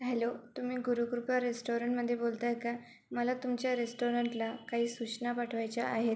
hello तुम्ही गुरुकृपा रेस्टाॅरणमध्ये बोलत आहे का मला तुमच्या रेस्टाॅरंटला काही सूचना पाठवायच्या आहेत